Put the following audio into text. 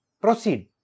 proceed